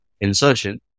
insertion